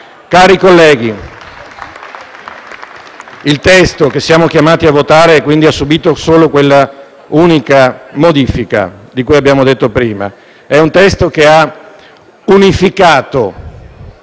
Cari colleghi, il testo che siamo chiamati a votare ha quindi subìto solo quell'unica modifica di cui abbiamo detto prima. Si tratta di un testo che ha unificato